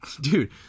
Dude